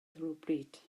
rhywbryd